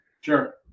sure